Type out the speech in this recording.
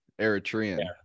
Eritrean